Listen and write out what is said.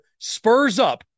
SPURSUP